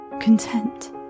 content